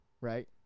right